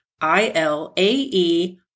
I-L-A-E